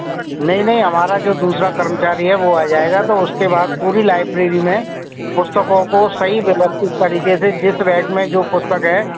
नहीं नहीं हमारा जो दूसरा कर्मचारी है वह आ जाएगा तो उसके बाद पूरी लाइब्रेरी में पुस्तकों को सही व्यवस्थित तरीके से जिस रैक में जो पुस्तक है